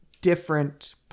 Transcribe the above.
different